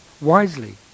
wisely